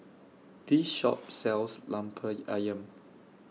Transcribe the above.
This Shop sells Lemper Ayam